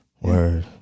Word